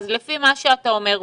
לפי מה שאתה אומר,